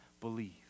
believe